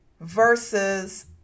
versus